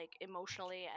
emotionally